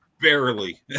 barely